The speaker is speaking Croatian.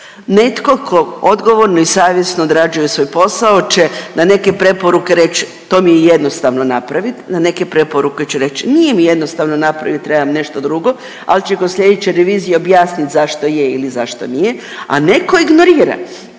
netko ko odgovorno i savjesno odrađuje svoj posao će na neke preporuke reći to mi je jednostavno napravit, na neke preporuke će reć nije mi jednostavno napravit, trebam nešto drugo, al će kod slijedeće revizije objasnit zašto je ili zašto nije, a netko ignorira